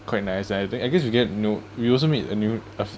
quite nice and I think I guess we get to know we also meet a new a